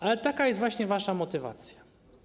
Ale taka jest właśnie wasza motywacja.